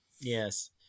Yes